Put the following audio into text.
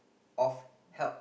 of help